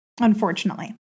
Unfortunately